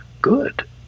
good